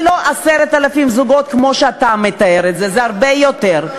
זה לא 10,000 זוגות, כמו שאתה מתאר, זה הרבה יותר.